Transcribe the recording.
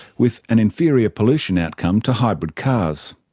with an inferior pollution outcome to hybrid cars.